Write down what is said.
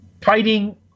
Fighting